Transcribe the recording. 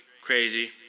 Crazy